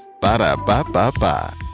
Ba-da-ba-ba-ba